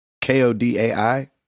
K-O-D-A-I